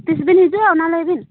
ᱛᱤᱥ ᱵᱤᱱ ᱦᱤᱡᱩᱜᱼᱟ ᱚᱱᱟ ᱞᱟᱹᱭ ᱵᱤᱱ